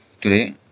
today